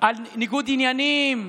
על ניגוד עניינים,